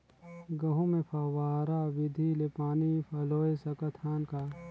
गहूं मे फव्वारा विधि ले पानी पलोय सकत हन का?